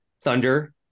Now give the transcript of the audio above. thunder